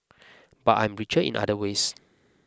but I'm richer in other ways